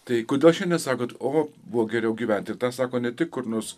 tai kodėl čia nesakote o buvo geriau gyventi tas sako ne tik kur nors